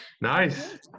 nice